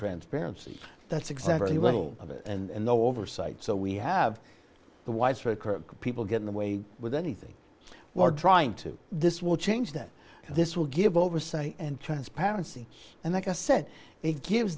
transparency that's exactly what all of it and no oversight so we have the widespread people getting away with anything we're trying to this will change that this will give oversight and transparency and like i said it gives